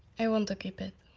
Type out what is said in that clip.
i want to keep it.